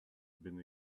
been